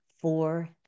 four